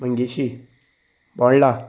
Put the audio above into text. Mangeshi Bondla